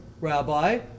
rabbi